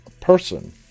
person